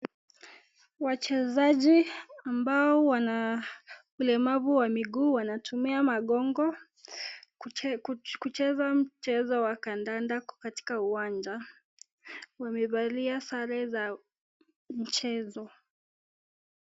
Wachezaji ambao wana ulemavu wa miguu wanatumia magongo kucheza mchezo wa kandanda katika uwanja. Wamevalia sare za mchezo.